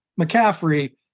McCaffrey